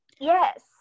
yes